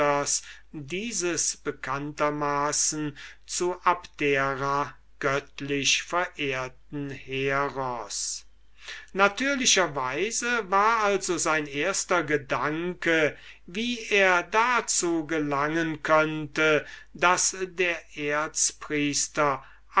dieses heroen der bekanntermaßen zu abdera göttlich verehrt wurde natürlicherweise war also sein erster gedanke wie er dazu gelangen könnte daß der